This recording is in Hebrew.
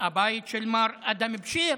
הבית של מר אדהם בשיר,